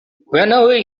whenever